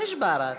יש בערד.